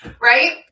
right